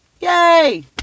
yay